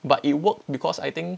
but it worked because I think